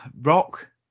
rock